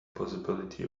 possibility